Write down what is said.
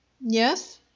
Yes